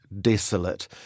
desolate